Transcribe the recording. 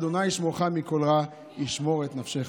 ה' ישמרך מכל רע, ישמר את נפשך.